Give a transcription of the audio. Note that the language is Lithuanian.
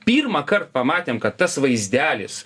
pirmąkart pamatėm kad tas vaizdelis